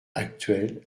actuel